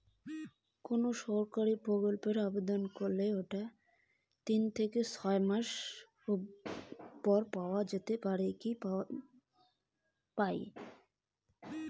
কোনো সরকারি প্রকল্পের আবেদন করার কত দিন পর তা পেতে পারি?